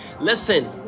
Listen